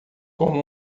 como